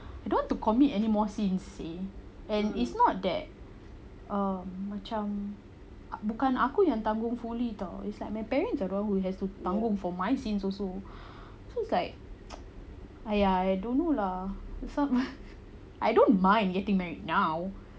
I don't want to commit anymore sins eh and it's not that err macam bukan aku yang tanggung fully [tau] is like my parents around who has to tanggung for my sins also so it's like !aiya! I don't know lah susah I don't mind getting married now